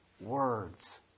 words